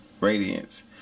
Radiance